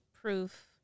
proof